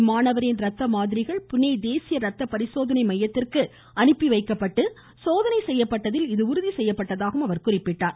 இம்மாணவரின் ரத்த மாதிரிகள் புனே தேசிய ரத்த பரிசோதனை மையத்திற்கு அனுப்பிவைக்கப்பட்டு சோதனை செய்யப்பட்டதில் இது உறுதி செய்யப்பட்டதாக அவர் கூறினார்